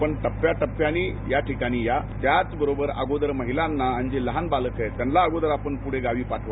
आपण टप्प्याटप्प्याने या ठिकाणी या त्याचबरोबर अगोदर महिलांना आणि जे लहान बालक आहेत त्यांना आपण अगोदर प्रढे गावी पाठवा